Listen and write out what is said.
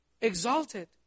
exalted